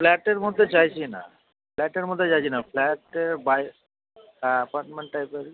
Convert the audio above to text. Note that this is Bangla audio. ফ্ল্যাটের মধ্যে চাইছি না ফ্ল্যাটের মধ্যে চাইছি না ফ্ল্যাট বাই হ্যাঁ এপার্টমেন্ট টাইপের